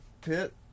pit